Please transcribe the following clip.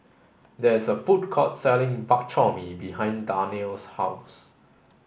there is a food court selling Bak Chor Mee behind Darnell's house